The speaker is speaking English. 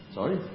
Sorry